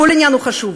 כל עניין הוא חשוב.